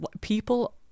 people